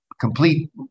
complete